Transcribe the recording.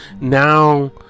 Now